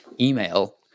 email